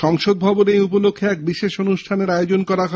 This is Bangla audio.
সংসদভবনে এই উপলক্ষে এক বিশেষ অনুষ্ঠানের আয়োজন করা হয়